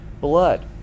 blood